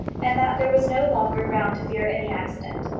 and that there was no longer ground to fear any accident.